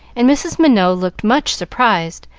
and mrs. minot looked much surprised,